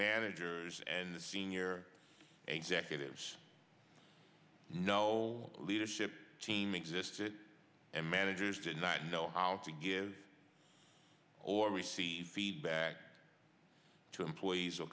managers and senior executives no leadership team exists it and managers did not know how to give or receive feedback to employees